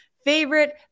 Favorite